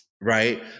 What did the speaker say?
right